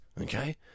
okay